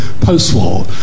post-war